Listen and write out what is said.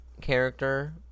character